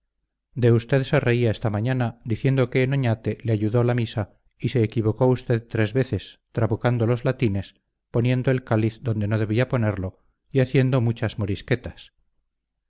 de usted se reía esta mañana diciendo que en oñate le ayudó la misa y que se equivocó usted tres veces trabucando los latines poniendo el cáliz donde no debía ponerlo y haciendo muchas morisquetas